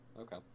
okay